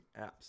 apps